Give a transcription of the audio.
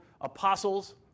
apostles